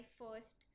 first